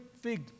fig